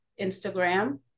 Instagram